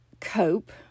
cope